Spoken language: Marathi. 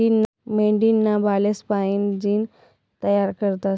मेंढीना बालेस्पाईन जीन तयार करतस